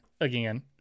again